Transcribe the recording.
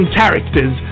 characters